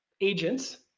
agents